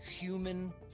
human